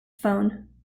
phone